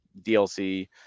dlc